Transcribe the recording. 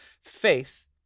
faith